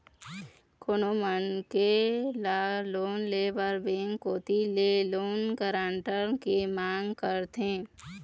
कोनो मनखे ल लोन ले बर बेंक कोती ले लोन गारंटर के मांग करथे